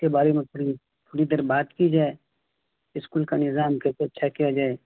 اس کے بارے میں تھڑ تھوڑی دیر بات کی جائے اسکول کا نظام کی س اچھا کیا جائے